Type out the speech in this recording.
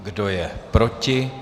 Kdo je proti?